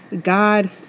God